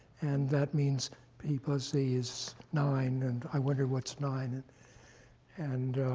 and that means p plus z is nine, and i wonder what's nine. and and